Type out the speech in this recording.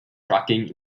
trucking